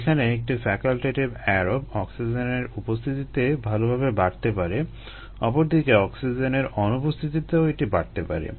যেখানে একটি facultative aerobe অক্সিজেনের উপস্থিতিতে ভালোভাবে বাড়তে পারে অপরদিকে অক্সিজেনের অনুপস্থিতিতেও এটি বাড়তে পারে